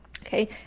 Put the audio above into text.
okay